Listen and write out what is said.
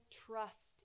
trust